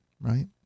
right